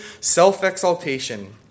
self-exaltation